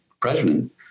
president